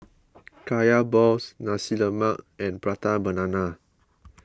Kaya Balls Nasi Lemak and Prata Banana